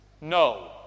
No